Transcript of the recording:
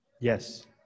Yes